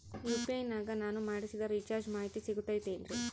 UPI ನಾಗ ನಾನು ಮಾಡಿಸಿದ ರಿಚಾರ್ಜ್ ಮಾಹಿತಿ ಸಿಗುತೈತೇನ್ರಿ?